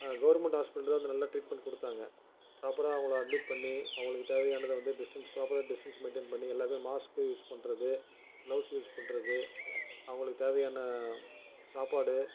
government ஹாஸ்பிட்டலே வந்து நல்ல ட்ரீட்மெண்ட் கொடுத்தாங்க ப்ராப்பராக அவங்களை அட்மிட் பண்ணி அவங்களுக்குத் தேவையானதை வந்து டிஸ்டன்ஸ் ப்ராப்பராக டிஸ்டன்ட் மெயின்டென் பண்ணி எல்லாருமே மாஸ்க்கு யூஸ் பண்றது க்ளவ்ஸ் யூஸ் பண்றது அவங்களுக்குத் தேவையான சாப்பாடு